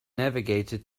navigated